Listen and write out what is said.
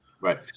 Right